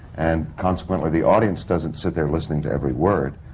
and consequently the audience doesn't sit there listening to every word,